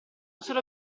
solo